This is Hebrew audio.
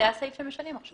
זה הסעיף שמשנים עכשיו.